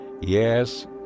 yes